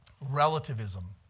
relativism